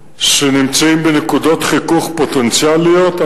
יש כוחות שנמצאים בנקודות חיכוך פוטנציאליות.